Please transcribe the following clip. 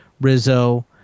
Rizzo